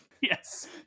Yes